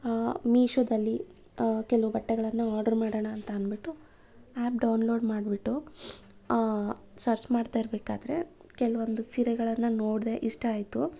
ಮೀಶೋದಲ್ಲಿ ಕೆಲವು ಬಟ್ಟೆಗಳನ್ನು ಆರ್ಡ್ರು ಮಾಡೋಣ ಅಂತ ಅಂದುಬಿಟ್ಟು ಆ್ಯಪ್ ಡೌನ್ಲೋಡ್ ಮಾಡಿಬಿಟ್ಟು ಸರ್ಚ್ ಮಾಡ್ತಾಯಿರಬೇಕಾದ್ರೆ ಕೆಲವೊಂದು ಸೀರೆಗಳನ್ನು ನೋಡಿದೆ ಇಷ್ಟ ಆಯಿತು